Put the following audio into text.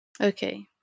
Okay